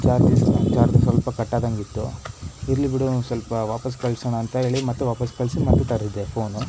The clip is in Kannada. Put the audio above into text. ಚಾರ್ಜಸ್ ಚಾರ್ಜರ್ ಸ್ವಲ್ಪ ಕಟ್ಟಾದಂಗೆ ಇತ್ತು ಇರಲಿ ಬಿಡು ಒಂದು ಸ್ವಲ್ಪ ವಾಪಸ್ಸು ಕಳಿಸೋಣ ಅಂತ ಹೇಳಿ ಮತ್ತೆ ವಾಪಸ್ಸು ಕಳಿಸಿ ಮತ್ತೆ ತರಿಸಿದೆ ಫೋನ್